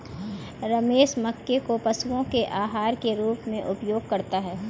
रमेश मक्के को पशुओं के आहार के रूप में उपयोग करता है